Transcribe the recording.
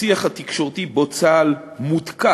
השיח התקשורתי שבו צה"ל מותקף